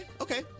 okay